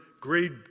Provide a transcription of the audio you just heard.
grade